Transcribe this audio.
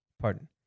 Pardon